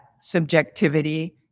subjectivity